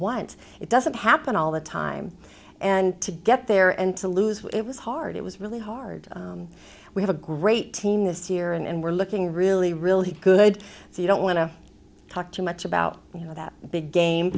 once it doesn't happen all the time and to get there and to lose it was hard it was really hard we have a great team this year and we're looking really really good so you don't want to talk too much about you